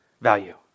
value